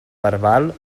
verbal